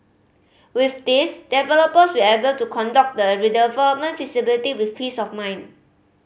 with this developers will able to conduct the redevelopment feasibility with peace of mind